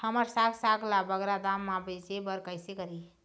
हमर साग साग ला बगरा दाम मा बेचे बर कइसे करी?